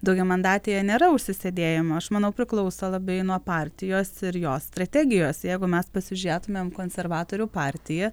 daugiamandatėje nėra užsisėdėjimo aš manau priklauso labai nuo partijos ir jos strategijos jeigu mes pasižiūrėtumėm konservatorių partiją